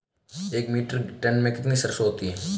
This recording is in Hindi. एक मीट्रिक टन में कितनी सरसों होती है?